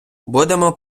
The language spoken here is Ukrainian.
будемо